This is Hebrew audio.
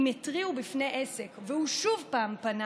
אם התריעו בפני עסק והוא שוב פנה,